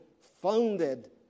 founded